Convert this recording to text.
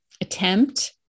attempt